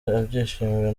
abyishimira